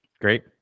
great